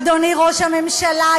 אדוני ראש הממשלה,